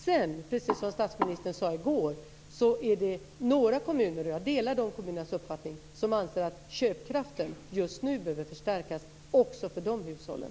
Sedan är det, precis som statsministern sade i går, några kommuner, och jag delar de kommunernas uppfattning, som anser att köpkraften just nu behöver förstärkas också för de hushållen.